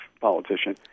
politician